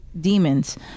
demons